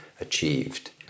achieved